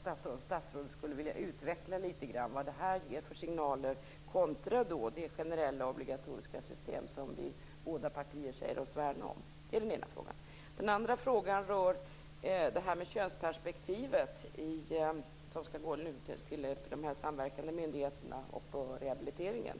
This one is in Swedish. statsrådet litet grand vilja utveckla vad det här ger för signaler kontra det generella obligatoriska system som bådas våra partier säger sig värna om? Det är den ena frågan. Min andra fråga rör könsperspektivet när det gäller de samverkande myndigheterna och rehabiliteringen.